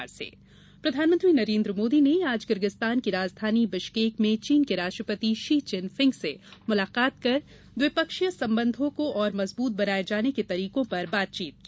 शिखर सम्मेलन प्रधानमंत्री नरेन्द्र मोदी ने आज किर्गिस्तान की राजधानी बिश्केक में चीन के राष्ट्रपति शी चिनफिंग से मुलाकात कर द्विपक्षीय संबंधों को और मजबूत बनाये जाने के तरीकों पर बातचीत की